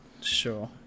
Sure